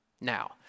Now